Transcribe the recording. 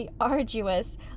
arduous